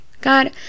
God